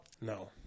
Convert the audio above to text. No